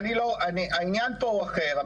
העניין פה הוא אחר.